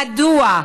מדוע,